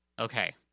okay